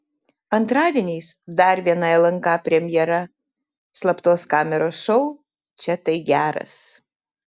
antradieniais dar viena lnk premjera slaptos kameros šou čia tai geras